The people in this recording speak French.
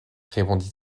répondit